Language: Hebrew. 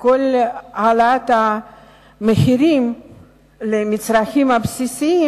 וכל העלאת המחירים של המצרכים הבסיסיים,